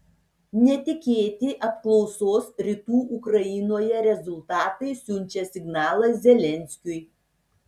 netikėti apklausos rytų ukrainoje rezultatai siunčia signalą zelenskiui